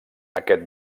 aquest